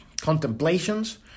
contemplations